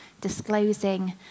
disclosing